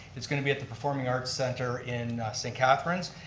it's going to be at the performing arts center in st. catharine's,